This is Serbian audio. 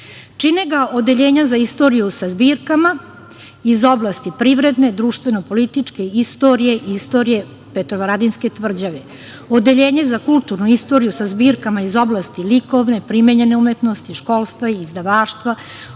Čine ga Odeljenje za istoriju sa zbirkama iz oblasti privredne, društveno-političke istorije i istorije Petrovaradinske tvrđave, Odeljenje za kulturnu istoriju sa zbirkama iz oblasti likovne, primenjene umetnosti, školstva i izdavaštva,